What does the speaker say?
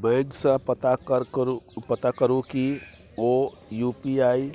bank सँ पता करु कि ओ यु.पी.आइ